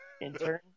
intern